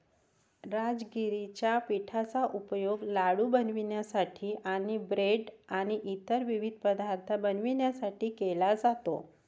राजगिराच्या पिठाचा उपयोग लाडू बनवण्यासाठी आणि ब्रेड आणि इतर विविध पदार्थ बनवण्यासाठी केला जातो